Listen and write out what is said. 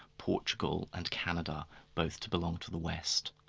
portugal and canada both to belong to the west.